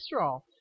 cholesterol